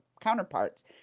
counterparts